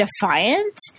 defiant